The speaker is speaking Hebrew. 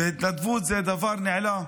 והתנדבות זה דבר נהדר,